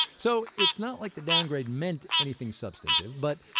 so it's not like the downgrade meant anything substantive but